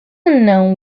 unknown